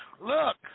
look